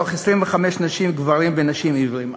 מתוך 25,000 גברים ונשים עיוורים.